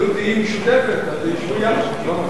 אם תהיה משותפת, אז ישבו יחד.